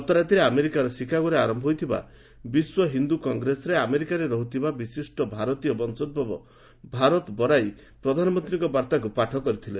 ଗତରାତିରେ ଆମେରିକାର ସିକାଗୋଠାରେ ଆରମ୍ଭ ହୋଇଥିବା ବିଶ୍ୱ ହିନ୍ଦୁ କଂଗ୍ରେସରେ ଆମେରିକାରେ ରହ୍ରଥିବା ବିଶିଷ୍ଟ ଭାରତୀୟ ବଂଶୋଭବ ଭାରତ ବରାଇ ପ୍ରଧାନମନ୍ତ୍ରୀଙ୍କ ବାର୍ତ୍ତାକୁ ପାଠ କରିଥିଲେ